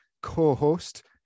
co-host